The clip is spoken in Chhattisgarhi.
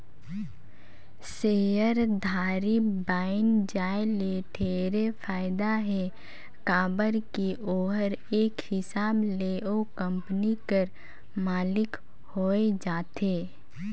सेयरधारी बइन जाये ले ढेरे फायदा हे काबर की ओहर एक हिसाब ले ओ कंपनी कर मालिक होए जाथे